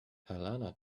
helena